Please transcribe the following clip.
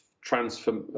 transfer